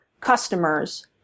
customers